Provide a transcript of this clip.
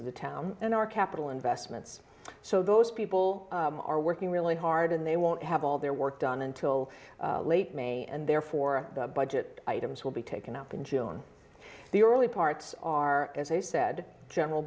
of the town and our capital investments so those people are working really hard and they won't have all their work done until late may and therefore the budget items will be taken up in june the early parts are as i said general